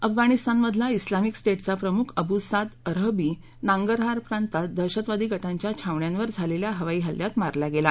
अफगाणिस्तानमधला Islamic स्टेटचा प्रमुख Abu Saad Arhabi Nangarhar प्रांतात दहशतवादी गटांच्या छावण्यांवर झालेल्या हवाई हल्ल्यात मारला गेला